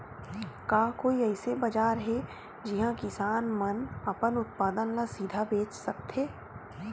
का कोई अइसे बाजार हे जिहां किसान मन अपन उत्पादन ला सीधा बेच सकथे?